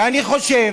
ואני חושב